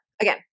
again